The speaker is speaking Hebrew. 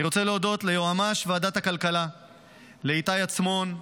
אני רוצה להודות ליועמ"ש ועדת הכלכלה איתי עצמון,